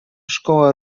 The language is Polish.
szkoła